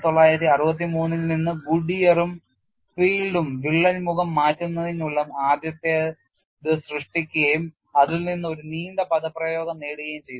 1963 ൽ നിന്ന് ഗുഡിയറും ഫീൽഡും വിള്ളൽ മുഖം മാറ്റുന്നതിനുള്ള ആദ്യത്തേത് സൃഷ്ടിക്കുകയും അതിൽ നിന്ന് ഒരു നീണ്ട പദപ്രയോഗം നേടുകയും ചെയ്തു